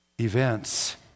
events